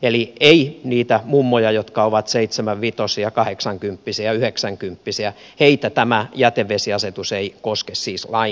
eli niitä mummoja jotka ovat seitsemänvitosia kahdeksankymppisiä yhdeksänkymppisiä tämä jätevesiasetus ei koske siis lainkaan